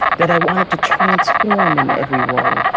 that i wanted to transform in every role.